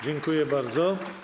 Dziękuję bardzo.